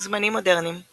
זמנים מודרניים